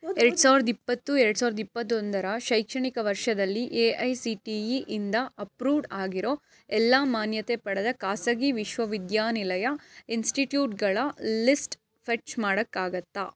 ಎರ್ಡು ಸಾವ್ರ್ದ ಇಪ್ಪತ್ತು ಎರ್ಡು ಸಾವ್ರ್ದ ಇಪ್ಪತ್ತೊಂದರ ಶೈಕ್ಷಣಿಕ ವರ್ಷದಲ್ಲಿ A I C T E ಇಂದ ಅಪ್ರೂವ್ಡ್ ಆಗಿರೋ ಎಲ್ಲ ಮಾನ್ಯತೆ ಪಡೆದ ಖಾಸಗಿ ವಿಶ್ವವಿದ್ಯಾನಿಲಯ ಇನ್ಟಿಟ್ಯುಟ್ಗಳ ಲಿಸ್ಟ್ ಫೆಚ್ ಮಾಡೋಕ್ಕಾಗುತ್ತಾ